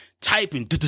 typing